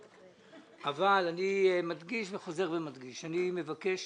אבל אני מדגיש וחוזר ומדגיש שאני מבקש